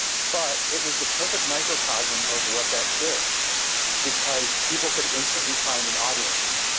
but it was the perfect microcosm of what that did because people could instantly find an audience.